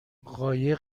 قایق